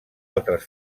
altres